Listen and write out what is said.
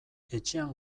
etxean